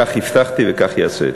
כך הבטחתי וכך ייעשה.